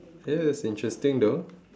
it is interesting though